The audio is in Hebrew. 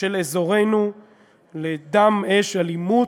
של אזורנו לדם, אש, אלימות,